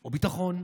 או ביטחון,